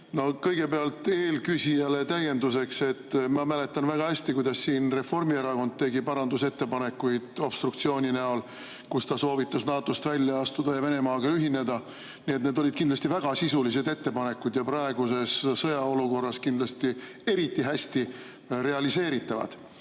kõigepealt eelküsijale täienduseks: ma mäletan väga hästi, kuidas siin Reformierakond tegi parandusettepanekuid obstruktsiooni näol, kus ta soovitas NATO-st välja astuda ja Venemaaga ühineda. Nii et need olid kindlasti väga sisulised ettepanekud ja praeguses sõjaolukorras eriti hästi realiseeritavad.